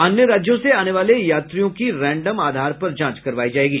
अन्य राज्यों से आने वाले यात्रियों की रैंडम आधार पर जांच करवायी जायेगी